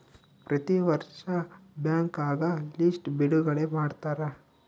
ಪ್ರತಿ ವರ್ಷ ಬ್ಯಾಂಕ್ಗಳ ಲಿಸ್ಟ್ ಬಿಡುಗಡೆ ಮಾಡ್ತಾರ